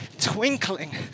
twinkling